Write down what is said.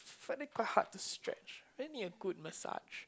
find it quite hard to stretch I need a good massage